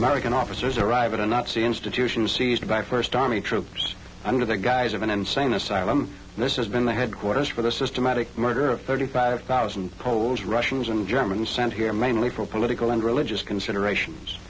american officers arrived at a nazi institution seized by first army troops under the guise of an insane asylum and this has been the headquarters for the systematic murder of thirty five thousand poles russians and germans sent here mainly for political and religious considerations